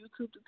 YouTube